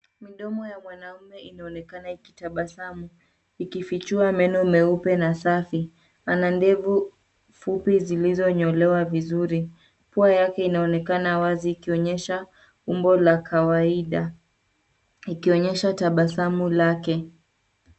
Midomo ya mwanaume inaonekana ikitabasamu ikifichua meno nyeupe na safi, ana ndevu fupi zilizonyolewa vizuri. Pua yake inaonekana wazi ikionyesha umbo la kawaida ikionyesha tabasamu lake.